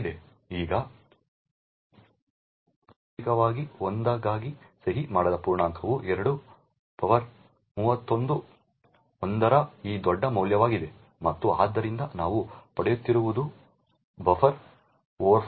ಈಗ ಆಂತರಿಕವಾಗಿ 1 ಗಾಗಿ ಸಹಿ ಮಾಡಿದ ಪೂರ್ಣಾಂಕವು 2 ಪವರ್ 31 1 ರ ಈ ದೊಡ್ಡ ಮೌಲ್ಯವಾಗಿದೆ ಮತ್ತು ಆದ್ದರಿಂದ ನಾವು ಪಡೆಯುತ್ತಿರುವುದು ಬಫರ್ ಓವರ್ಫ್ಲೋ ಆಗಿದೆ